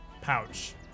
pouch